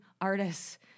artists